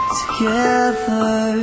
together